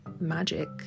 magic